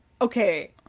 Okay